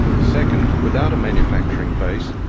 second, without a manufacturing base,